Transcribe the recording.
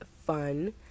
fun